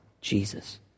Jesus